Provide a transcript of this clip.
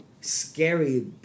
scary